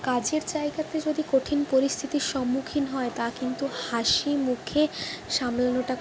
কাজের জায়গাতে যদি কঠিন পরিস্থিতির সম্মুখীন হয় তা কিন্তু হাসি মুখে সামলানোটা খুব